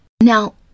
Now